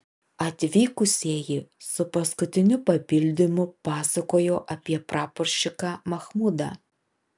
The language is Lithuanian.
atvykusieji su paskutiniu papildymu pasakojo apie praporščiką machmudą